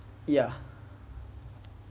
ya